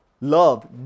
love